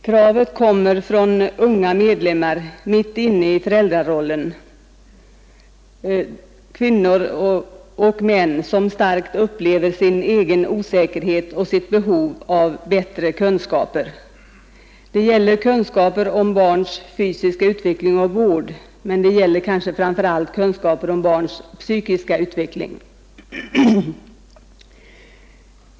Kravet kommer från unga medlemmar mitt inne i föräldrarollen, kvinnor som starkt upplever sin egen osäkerhet och sitt behov av bättre kunskaper. Det gäller kunskaper om barns fysiska utveckling och vård, men det gäller kanske framför allt kunskaper om barns psykiska utveckling.